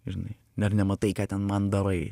žinai dar nematai ką ten man darai